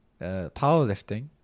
powerlifting